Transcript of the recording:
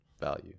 value